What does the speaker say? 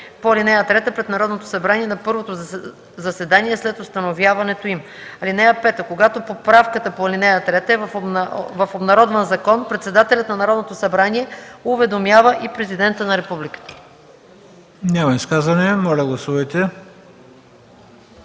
по ал. 3 пред Народното събрание на първото заседание след установяването им. (5) Когато поправката по ал. 3 е в обнародван закон, председателят на Народното събрание уведомява и Президента на Републиката.”